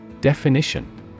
Definition